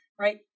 Right